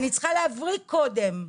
אני צריכה להבריא קודם,